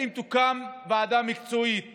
אם תוקם ועדה מקצועית